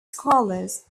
scholars